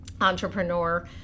entrepreneur